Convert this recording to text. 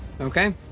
Okay